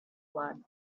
blood